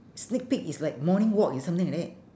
sneak peek is like morning walk is something like that